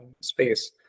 space